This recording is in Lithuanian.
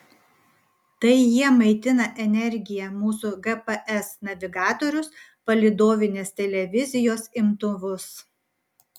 tai jie maitina energija mūsų gps navigatorius palydovinės televizijos imtuvus